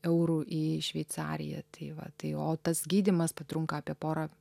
eurų į šveicariją tai va tai o tas gydymas trunka apie pora